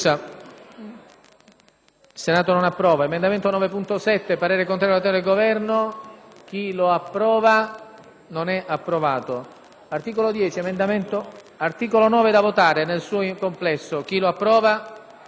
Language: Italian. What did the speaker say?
**Il Senato non approva.**